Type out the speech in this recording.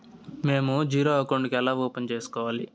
మేము zero account ఎలా open సేసుకోవాలి